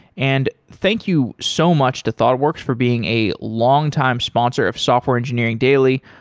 and thank you so much to thoughtworks for being a longtime sponsor of software engineering daily.